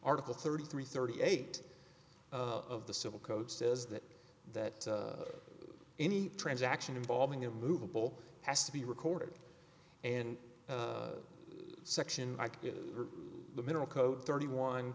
article thirty three thirty eight of the civil code says that that any transaction involving a movable has to be recorded and section like the mineral code thirty one